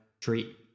treat